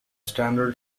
standard